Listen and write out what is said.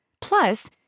Plus